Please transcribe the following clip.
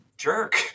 jerk